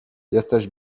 jesteś